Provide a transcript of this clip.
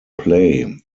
play